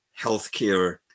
healthcare